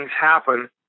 happen